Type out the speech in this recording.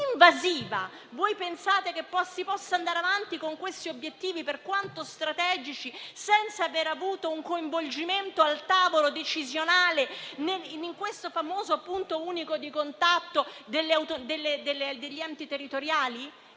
invasiva. Voi pensate che si possa andare avanti con questi obiettivi, per quanto strategici, senza aver avuto un coinvolgimento al tavolo decisionale, in questo famoso punto unico di contatto, degli enti territoriali,